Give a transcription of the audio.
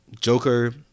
Joker